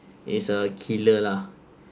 is a killer lah